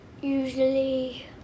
usually